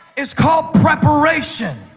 it's called preparation.